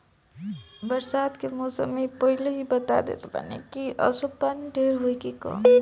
बरसात के मौसम में इ पहिले ही बता देत बाने की असो पानी ढेर होई की कम